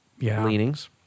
leanings